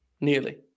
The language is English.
Nearly